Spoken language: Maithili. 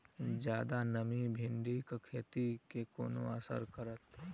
जियादा नमी भिंडीक खेती केँ कोना असर करतै?